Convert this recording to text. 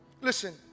Listen